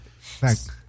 thanks